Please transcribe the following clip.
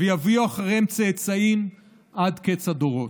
ויביאו אחריהם צאצאים עד קץ הדורות.